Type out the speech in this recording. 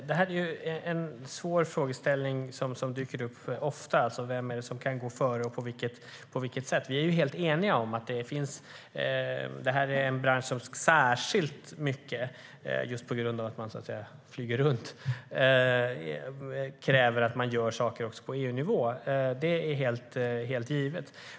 Herr talman! En svår fråga som ofta dyker upp är vem som ska gå före och på vilket sätt. Vi är helt eniga om att det här är en bransch som just på grund av att man flyger runt kräver att saker och ting görs på EU-nivå. Det är helt givet.